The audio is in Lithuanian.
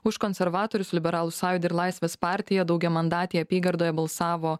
už konservatorius liberalų sąjūdį ir laisvės partiją daugiamandatėje apygardoje balsavo